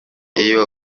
iyo